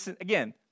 again